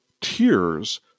tears